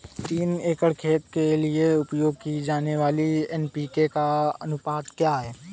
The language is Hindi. तीन एकड़ खेत के लिए उपयोग की जाने वाली एन.पी.के का अनुपात क्या है?